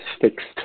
fixed